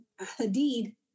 Hadid